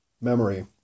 memory